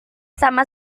sama